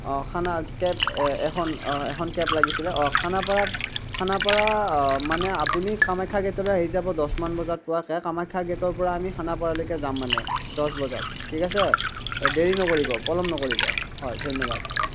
অঁ খানা কেব এখন এখন কেব লাগিছিলে খানাপাৰা খানাপাৰা মানে আপুনি কামাখ্যা গেটত আহি যাব দচমান বজাত পোৱাকৈ কামাখ্যা গেটৰ পৰা আমি খানাপাৰালৈকে যাম মানে দচ বজাত ঠিক আছে দেৰি নকৰিব পলম নকৰিব হয় ধন্যবাদ